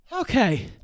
Okay